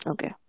Okay